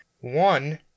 one